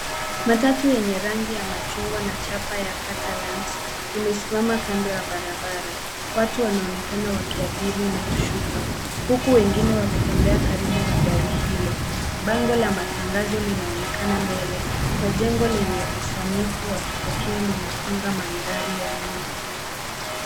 Matatu yenye rangi ya machungwa na chapa ya Catalans, imesimama kando ya barabara. Watu wanaonekana wakiabiri na kushuka, huku wengine wakitembea karibu na gari hilo. Bango la matangazo linaonekana mbele na jengo lenye usanifu wa kipekee linafunga mandhari ya nyuma.